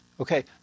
Okay